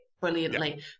brilliantly